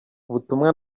ubutumwa